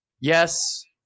Yes